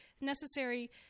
necessary